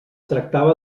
tractava